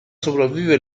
sopravvive